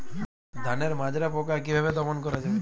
ধানের মাজরা পোকা কি ভাবে দমন করা যাবে?